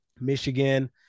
Michigan